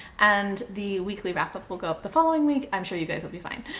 and the weekly wrap-up will go up the following week. i'm sure you guys will be fine.